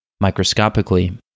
Microscopically